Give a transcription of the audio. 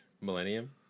millennium